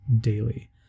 daily